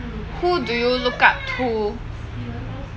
who do you look up to